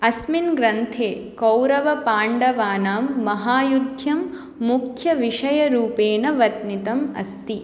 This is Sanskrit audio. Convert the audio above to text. अस्मिन् ग्रन्थे कौरवपाण्डवानां महायुद्धं मुख्यविषयरूपेण वर्णितम् अस्ति